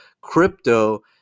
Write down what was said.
crypto